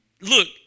Look